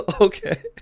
okay